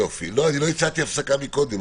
לא, אני לא הצעתי הפסקה קודם.